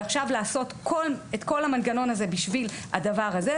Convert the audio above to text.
ועכשיו לעשות את כל המנגנון הזה בשביל הדבר הזה,